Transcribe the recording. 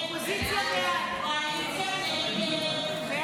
הסתייגות 8 לא נתקבלה.